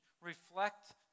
reflect